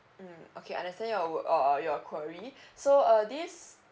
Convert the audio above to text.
mm okay I understand your uh your query so uh this